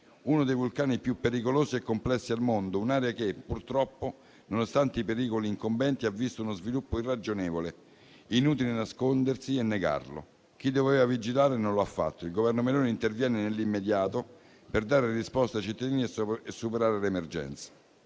uno dei vulcani più pericolosi e complessi al mondo, un'area che purtroppo, nonostante i pericoli incombenti, ha visto uno sviluppo irragionevole. È inutile nascondersi e negarlo: chi doveva vigilare non lo ha fatto. Il Governo Meloni interviene nell'immediato per dare risposte ai cittadini e superare l'emergenza.